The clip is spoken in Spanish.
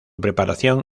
preparación